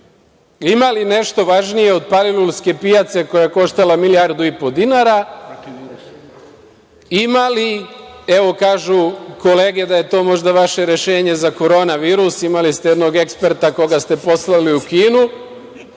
Ima li nešto važnije od Palilulske pijace koja koštala milijardu i po dinara? Ima li? Evo kažu kolege da je to možda vaše rešenje za korona virus. Imali ste jednog eksperta koga ste poslali u Kinu,